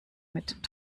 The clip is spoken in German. mit